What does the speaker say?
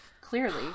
clearly